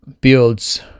builds